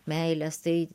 meiles tai